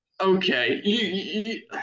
okay